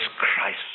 Christ